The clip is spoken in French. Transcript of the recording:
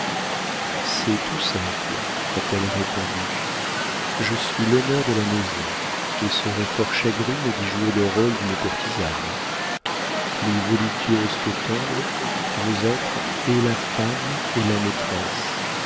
c'est tout simple a-t-elle répondu je suis l'honneur de la maison et serais fort chagrine d'y jouer le rôle d'une courtisane plus voluptueuse que tendre tu veux être et la femme et la maîtresse